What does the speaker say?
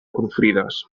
confrides